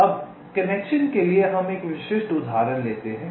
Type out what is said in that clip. अब कनेक्शन के लिए हम एक विशिष्ट उदाहरण लेते हैं